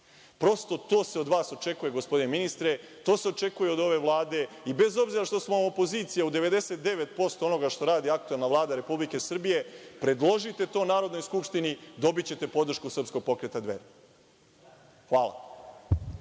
Prosto, to se od vas očekuje, gospodine ministre, to se očekuje od ove Vlade i bez obzira što smo opozicija u 99% onoga što radi aktuelna Vlada RS, predložite to Narodnoj skupštini, dobićete podršku SP Dveri. Hvala.